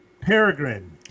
Peregrine